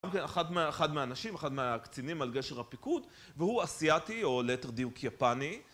אחד מהאנשים, אחד מהקצינים על גשר הפיקוד והוא אסיאתי או ליתר דיוק יפני